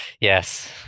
Yes